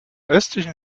östlichen